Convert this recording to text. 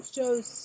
Shows